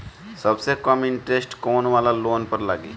सबसे कम इन्टरेस्ट कोउन वाला लोन पर लागी?